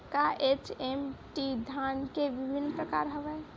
का एच.एम.टी धान के विभिन्र प्रकार हवय?